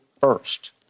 first